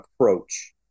approach